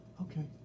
okay